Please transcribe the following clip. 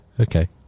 okay